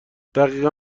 دقیقا